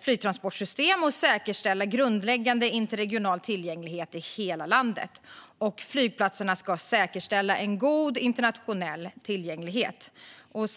flygtransportsystem och säkerställa grundläggande interregional tillgänglighet i hela landet. Flygplatserna ska säkerställa en god internationell tillgänglighet.